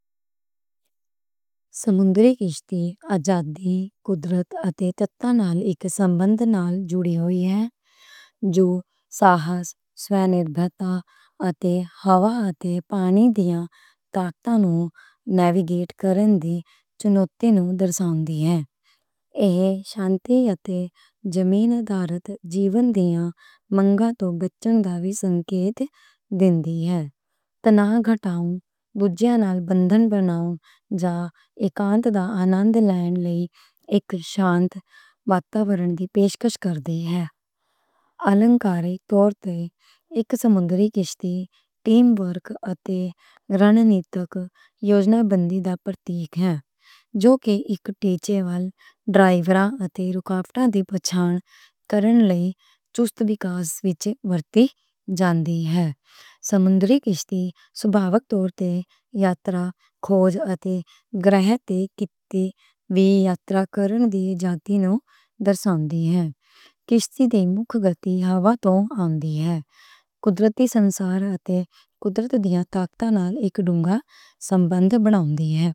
سمندری کشتی، آزادی، قدرت اتے تتّاں نال اک سمبندھ نال جڑی ہوئی ہن، جو ساہس، سوئم نربھرتا اتے ہوا اتے پانی دیاں طاقتّاں نوں نیویگیٹ کرن دی چنوتی نوں وکھاؤندی ہن۔ ایہ شانتی اتے زمینی زندگی دیاں مانگاں توں بچن دا وی سنکیت دیندیاں ہن۔ تناؤ گھٹاؤن، دوجیاں نال بندھن بناؤ جاں اکانت دا آنند لین لئی اک شانتی واتاورن دی پیشکش کردیاں ہن۔ علامتی طور تے اک سمندری کشتی ٹیم ورک اتے اسٹریٹیجک پلاننگ دا پرتیک ہے۔ جو کہ پروجیکٹ منیجمنٹ وِچ ڈرائیورز اتے کنسٹرینٹس دی پچھان کرن لئی اَجائل وکاس وِچ ورتّی جاندی ہے۔ سمندری کشتی صاف طور تے، دی مکھی طاقت ہوا توں آؤندی ہے۔ قدرتی سنسار اتے قدرت دیاں طاقتّاں نال اک گہرا سمبندھ بناؤندی ہے۔